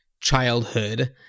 childhood